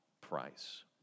price